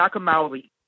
Maori